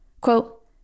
Quote